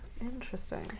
Interesting